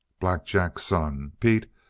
black jack's son! pete,